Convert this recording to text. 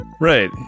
Right